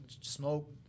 smoke